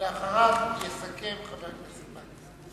ואחריו יסכם חבר הכנסת אורי מקלב.